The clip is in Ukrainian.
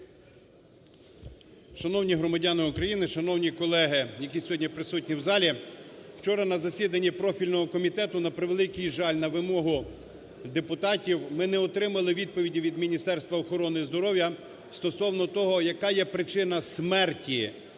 Шановні громадяни України, шановні колеги, які сьогодні присутні в залі! Вчора на засіданні профільного комітету, на превеликий жаль, на вимогу депутатів ми не отримали відповіді від Міністерства охорони здоров'я стосовно того, яка є причина смерті